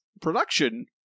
production